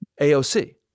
AOC